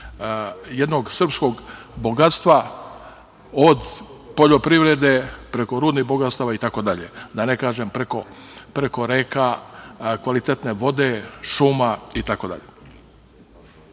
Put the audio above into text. jednog srpskog bogatstva od poljoprivrede, preko rudnih bogatstava itd, da ne kažem preko reka, kvalitetne vode, šuma itd. Ono